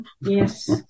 Yes